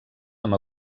amb